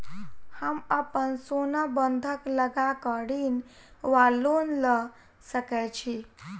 हम अप्पन सोना बंधक लगा कऽ ऋण वा लोन लऽ सकै छी?